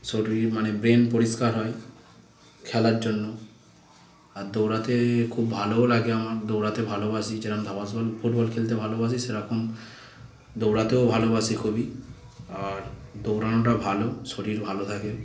শরীর মানে ব্রেইন পরিষ্কার হয় খেলার জন্য আর দৌড়াতে খুব ভালোও লাগে আমার দৌড়াতে ভালোবাসি যেরকম ধবাস বল ফুটবল খেলতে ভালোবাসি সেরকম দৌড়াতেও ভালোবাসি খুবই আর দৌড়ানোটা ভালো শরীর ভালো থাকে